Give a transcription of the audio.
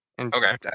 Okay